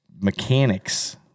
mechanics